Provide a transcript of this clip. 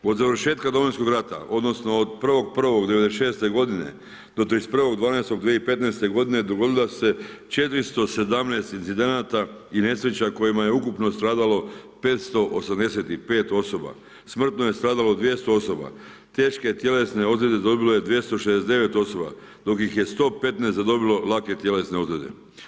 Od završetka domovinskog rata, odnosno od 1.1.1996. godine do 31.12.2015. godine dogodila su se 417 incidenata i nesreća u kojima je ukupno stradalo 585 osoba, smrtno je stradalo 200 osoba, teške tjelesne ozljede dobilo je 269 osoba, dok ih je 115 zadobilo lake tjelesne ozljede.